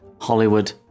Hollywood